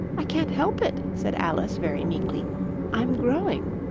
i can't help it said alice very meekly i'm growing